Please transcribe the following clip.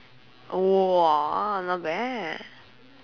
!wah! not bad